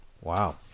Wow